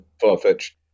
far-fetched